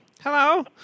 Hello